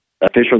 official